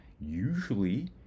Usually